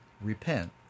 repent